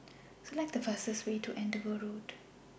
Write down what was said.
Select The fastest Way to Andover Road